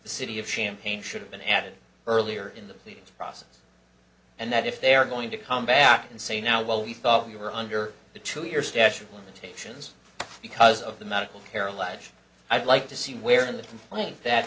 the city of champagne should have been added earlier in the process and that if they are going to come back and say now well we thought you were under the two your stash of limitations because of the medical care allege i'd like to see where in the complaint that